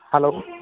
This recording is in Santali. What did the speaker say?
ᱦᱮᱞᱳ